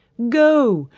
go!